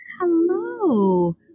hello